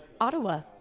Ottawa